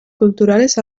culturales